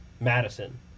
Madison